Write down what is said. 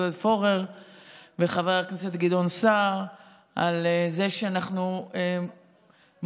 עודד פורר וחבר הכנסת גדעון סער על זה שאנחנו מצליחים